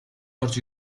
орж